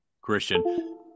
Christian